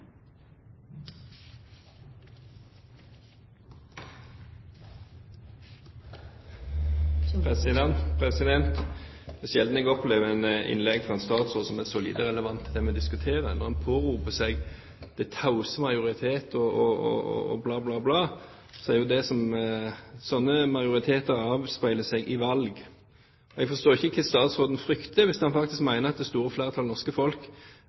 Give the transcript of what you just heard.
relevant til det vi diskuterer, når han påberoper seg den tause majoritet og bla, bla, bla. Slike majoriteter avspeiler seg i valg. Jeg forstår ikke hva statsråden frykter, hvis han faktisk mener at det store flertall av det norske folk